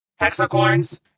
Hexacorns